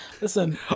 Listen